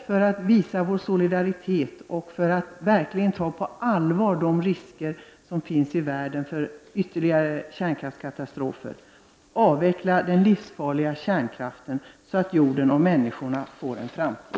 För att visa vår solidaritet och verkligen ta på allvar de risker som finns i världen för ytterligare kärnkraftskatastrofer måste vi avveckla den livsfarliga kärnkraften. Då kan vår jord och människorna på den få en framtid.